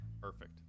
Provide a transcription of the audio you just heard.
Perfect